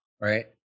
right